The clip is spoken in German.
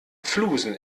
flusen